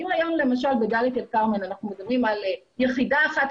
אם היום בדלית-אל-כרמל אנחנו מדברים על יחידה אחת